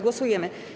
Głosujemy.